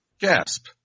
Gasp